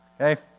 okay